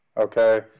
Okay